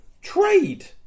trade